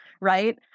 right